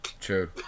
True